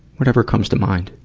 whatever comes to mind.